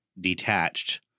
detached